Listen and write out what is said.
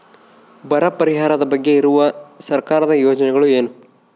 ಬರ ಪರಿಹಾರದ ಬಗ್ಗೆ ಇರುವ ಸರ್ಕಾರದ ಯೋಜನೆಗಳು ಏನು?